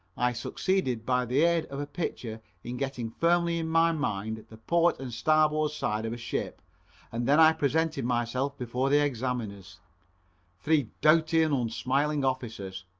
i succeeded by the aid of a picture in getting firmly in my mind the port and starboard side of a ship and then i presented myself before the examiners three doughty and unsmiling officers.